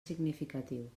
significatiu